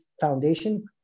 foundation